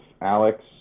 Alex